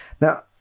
Now